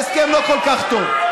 ההסכם לא כל כך טוב.